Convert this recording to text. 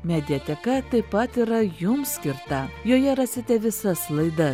mediateka taip pat yra jums skirta joje rasite visas laidas